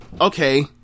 okay